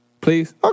Please